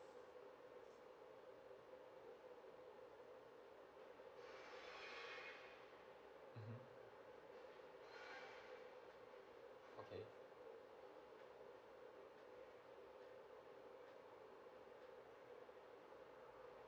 okay